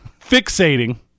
Fixating